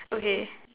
okay